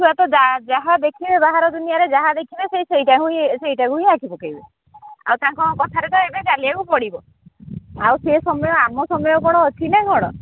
ଛୁଆ ତ ଯାହା ଦେଖିବେ ବାହାର ଦୁନିଆରେ ଯାହା ଦେଖିବେ ସେ ସେଇଟା ହିଁ ସେଇଟାକୁ ହିଁ ଆଖି ପକେଇବେ ଆଉ ତାଙ୍କ କଥାରେ ତ ଏବେ ଚାଲିବାକୁ ପଡ଼ିବ ଆଉ ସେ ସମୟ ଆମ ସମୟ କ'ଣ ଅଛି ନା କ'ଣ